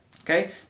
Okay